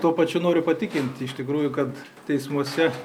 tuo pačiu noriu patikinti iš tikrųjų kad teismuose